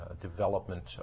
development